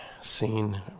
scene